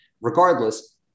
Regardless